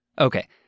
Okay